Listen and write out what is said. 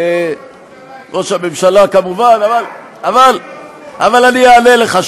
ראש הממשלה, כמובן, אבל אני אענה לך.